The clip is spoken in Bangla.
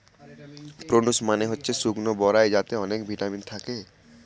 প্রূনস মানে হচ্ছে শুকনো বরাই যাতে অনেক ভিটামিন থাকে